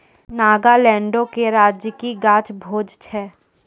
नागालैंडो के राजकीय गाछ भोज छै